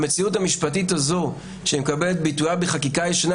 המציאות המשפטית הזו שמקבלת את ביטויה בחקיקה ישנה